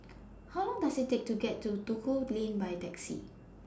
How Long Does IT Take to get to Duku Lane By Taxi